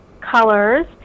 colors